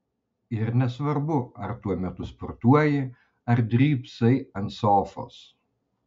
ir nesvarbu ar tuo metu sportuoji ar drybsai ant sofos